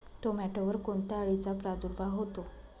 टोमॅटोवर कोणत्या अळीचा प्रादुर्भाव होतो?